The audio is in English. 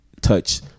touch